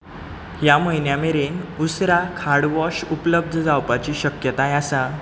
ह्या म्हयन्या मेरेन उस्त्रा खाड वॉश उपलब्ध जावपाची शक्यताय आसा